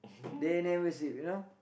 they never sleep you know